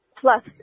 plus